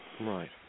Right